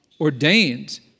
ordained